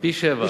פי-שבעה.